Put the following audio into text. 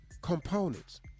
components